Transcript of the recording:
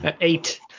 eight